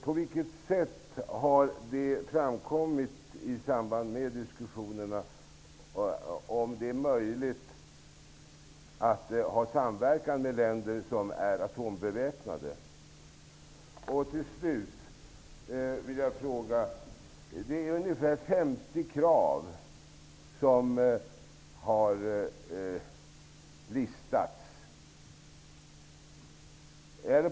På vilket sätt har det i samband med diskussionerna framkommit om det är möjligt att ha samverkan med länder som är atombeväpnade? Min tredje slutliga fråga gäller de ungefär 50 krav som har listats.